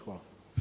Hvala.